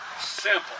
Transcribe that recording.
simple